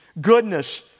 goodness